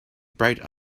bright